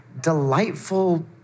delightful